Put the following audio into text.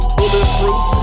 Bulletproof